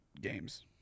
games